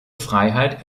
freiheit